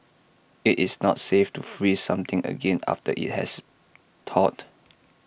IT is not safe to freeze something again after IT has thawed